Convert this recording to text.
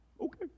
Okay